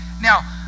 Now